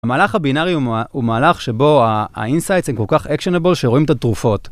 המהלך הבינארי הוא מהלך שבו ה-insights הם כל כך actionable שרואים את התרופות.